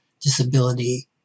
disability